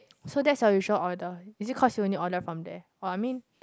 so that's your usual order is it cause you only order from there or I mean